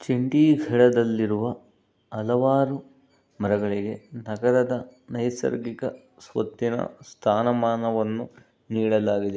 ಚಂಡೀಘಡದಲ್ಲಿರುವ ಹಲವಾರು ಮರಗಳಿಗೆ ನಗರದ ನೈಸರ್ಗಿಕ ಸ್ವತ್ತಿನ ಸ್ಥಾನಮಾನವನ್ನು ನೀಡಲಾಗಿದೆ